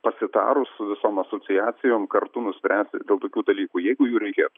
pasitarus su visom asociacijom kartu nuspręsti dėl tokių dalykų jeigu jų reikėtų